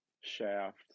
shaft